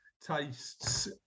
tastes